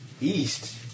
East